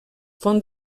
font